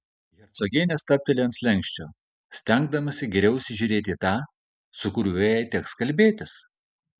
hercogienė stabtelėjo ant slenksčio stengdamasi geriau įsižiūrėti tą su kuriuo jai teks kalbėtis